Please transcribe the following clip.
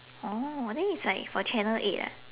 oh then is like for channel eight ah